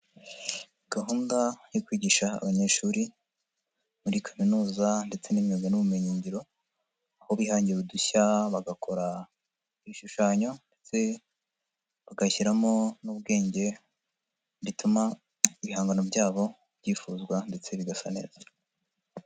Gahunda yo kwigisha abanyeshuri muri kaminuza ndetse n'imiyuga n'ubumenyingiro aho bihangira udushya bagakora ibishushanyo ndetse bagashyiramo n'ubwenge bituma ibihangano byabo byifuzwa ndetse bigasa neza.